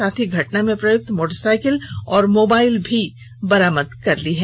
साथ ही घटना में प्रयुक्त मोटर साईकिल और मोबाइल को भी बरामद किया है